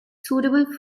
suitable